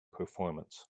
performance